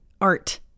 art